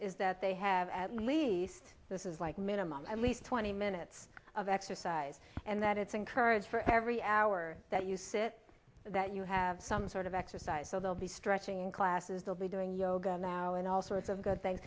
is that they have at least this is like minimum at least twenty minutes of exercise and that it's encouraged for every hour that you sit that you have some sort of exercise so they'll be stretching classes they'll be doing yoga now and all sorts of good things